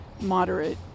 moderate